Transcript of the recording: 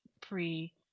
pre